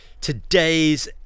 Today's